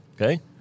okay